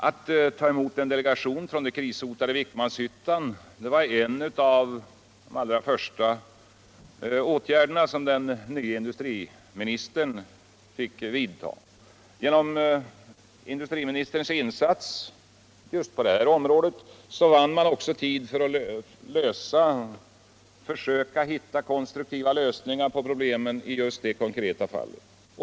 Att tå emot en delegation från det krishotade Vikmanshyttan var en av de allra första åtgärder som den nye industriministern fick vidta. Genom hans insats där vann man också tid för att försöka hitta konstruktiva lösningar på problemen i just det konkreta fallet.